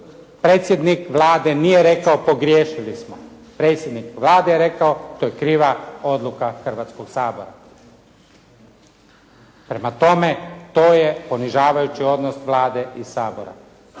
Predsjednik Vlade nije rekao pogriješili smo. Predsjednik Vlade je rekao to je kriva odluka Hrvatskog sabora prema tome, to je ponižavajući odnos Vlade i Sabora.